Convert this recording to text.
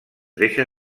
deixa